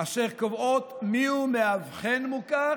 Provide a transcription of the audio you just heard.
אשר קובעות מיהו מאבחן מוכר